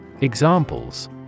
Examples